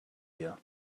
year